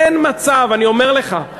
אין מצב, אני אומר לך.